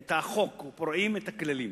את החוק, או פורעים את הכללים.